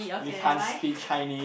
we can't speak Chinese